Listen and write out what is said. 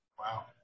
Wow